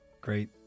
great